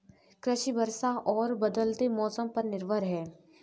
कृषि वर्षा और बदलते मौसम पर निर्भर है